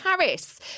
Harris